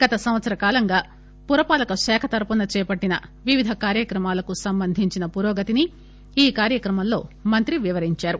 గత సంవత్సర కాలంగా పురపాలక శాఖ తరఫున చేపట్టిన వివిధ కార్యక్రమాలకు సంబంధించిన పురోగతిని ఈ కార్యక్రమంలో మంత్రి వివరించారు